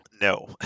No